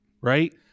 right